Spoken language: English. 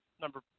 number